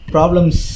Problems